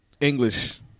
English